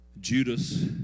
Judas